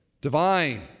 divine